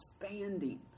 expanding